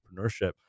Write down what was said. entrepreneurship